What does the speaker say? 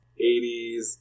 80s